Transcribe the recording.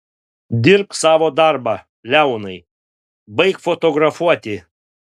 dirbk savo darbą leonai baik fotografuoti